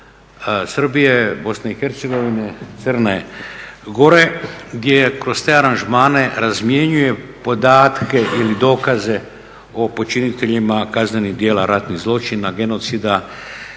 Srbije, Bosne i Hercegovine, Crne Gore gdje je kroz te aranžmane razmjenjuje podatke ili dokaze o počiniteljima kaznenih djela ratnih zločina, genocida,